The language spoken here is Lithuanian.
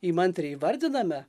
įmantriai įvardiname